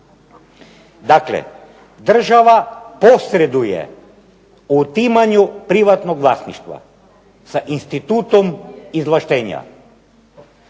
Dakle, država posreduje u otimanju privatnog vlasništva sa institutom izvlaštenja.